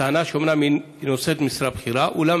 בטענה שאומנם היא "נושאת משרה בכירה" אולם